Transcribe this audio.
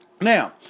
Now